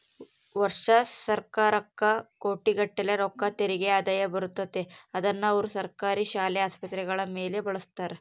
ವರ್ಷಾ ಸರ್ಕಾರಕ್ಕ ಕೋಟಿಗಟ್ಟಲೆ ರೊಕ್ಕ ತೆರಿಗೆ ಆದಾಯ ಬರುತ್ತತೆ, ಅದ್ನ ಅವರು ಸರ್ಕಾರಿ ಶಾಲೆ, ಆಸ್ಪತ್ರೆಗಳ ಮೇಲೆ ಬಳಸ್ತಾರ